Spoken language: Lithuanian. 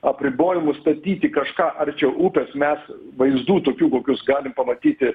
apribojimų statyti kažką arčiau upės mes vaizdų tokių kokius galim pamatyti